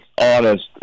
honest